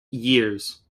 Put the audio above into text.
years